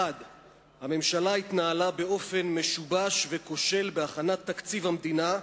1. הממשלה התנהלה באופן משובש וכושל בהכנת תקציב המדינה,